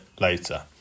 later